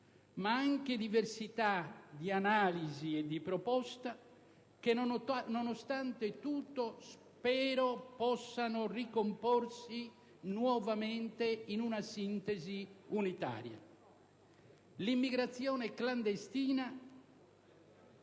ma anche diversità di analisi e di proposta che, nonostante tutto, spero possano ricomporsi nuovamente in una sintesi unitaria. L'immigrazione clandestina